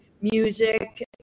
music